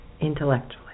intellectually